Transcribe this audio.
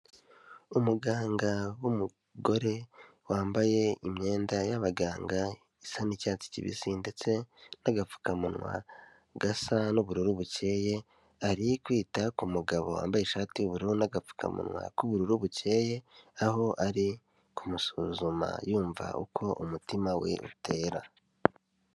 Umuganga w'umugore wambaye imyenda y'abaganga isa n'icyatsi kibisi ndetse n'agapfukamunwa gasa n'ubururu bucyeye, ari kwita ku mugabo wambaye ishati y'ubururu n'agapfukamunwa k'ubururu bucyeye, aho ari kumusuzuma yumva uko umutima we utera.